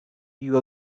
you